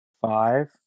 five